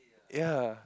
ya